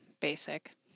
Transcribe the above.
basic